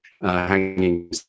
hanging